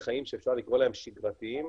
אלא צריך להחשיב פנימה גם את הסיכון שאדם